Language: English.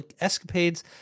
escapades